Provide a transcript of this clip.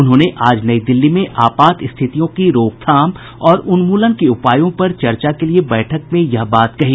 उन्होंने आज नई दिल्ली में आपात स्थितियों की रोकथाम और उन्मुलन के उपायों पर चर्चा के लिए बैठक में यह बात कही